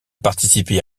participé